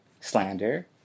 slander